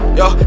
yo